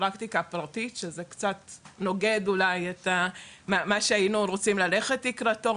בפרקטיקה פרטית שזה קצת נוגד אולי מה שהיינו רוצים ללכת לקראתו.